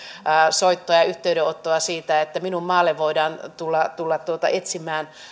soittoa ja ja yhteydenottoa siitä että minun maalle voidaan tulla etsimään